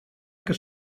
que